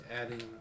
adding